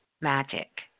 magic